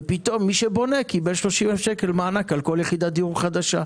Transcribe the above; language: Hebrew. ופתאום מי שבונה מקבל מענק של 30,000 שקל על כל יחידת דיור חדשה.